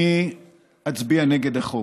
אני אצביע נגד החוק,